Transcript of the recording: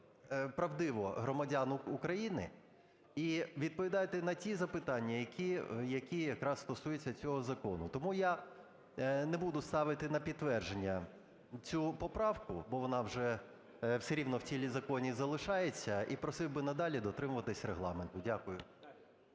правдиво громадян України і відповідайте на ті запитання, які якраз стосуються цього закону. Тому я не буду ставити на підтвердження цю поправку, бо вона вже все рівно в тілі закону залишається, і просив би надалі дотримуватись Регламенту. Дякую.